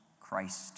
Christ